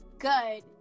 good